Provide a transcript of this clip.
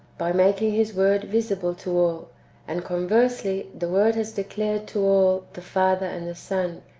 by making his word visible to all and, conversely, the word has declared to all the father and the son,